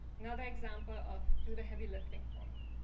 another example of do the heavy lifting for me